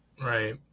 Right